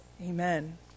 Amen